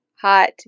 hot